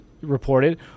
reported